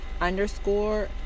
underscore